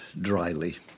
dryly